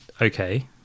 okay